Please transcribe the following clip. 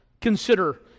Consider